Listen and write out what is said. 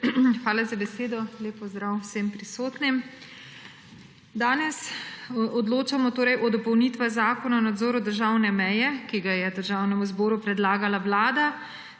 Hvala za besedo. Lep pozdrav vsem prisotnim! Danes odločamo o dopolnitvah Zakona o nadzoru državne meje, ki ga je Državnemu zboru predlagala Vlada,